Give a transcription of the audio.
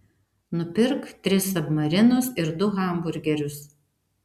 nupirk tris submarinus ir du hamburgerius